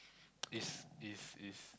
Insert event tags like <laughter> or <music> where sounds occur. <noise> is is is